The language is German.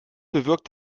bewirkt